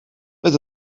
met